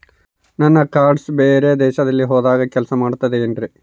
ನನ್ನ ಕಾರ್ಡ್ಸ್ ಬೇರೆ ದೇಶದಲ್ಲಿ ಹೋದಾಗ ಕೆಲಸ ಮಾಡುತ್ತದೆ ಏನ್ರಿ?